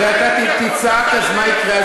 הרי אתה תצעק ואז מה יקרה?